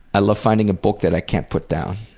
i love finding a book that i can't put down.